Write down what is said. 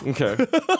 Okay